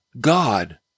God